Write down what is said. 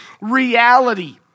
reality